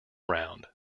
round